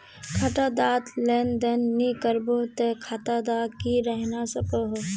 खाता डात लेन देन नि करबो ते खाता दा की रहना सकोहो?